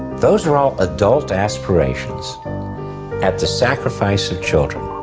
those are all adult aspirations at the sacrifice of children.